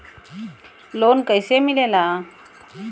Loan कईसे मिलेला?